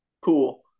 Cool